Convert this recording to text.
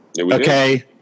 Okay